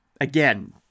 Again